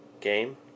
game